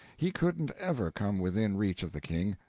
he couldn't ever come within reach of the king,